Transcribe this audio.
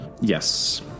Yes